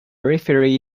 referee